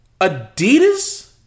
Adidas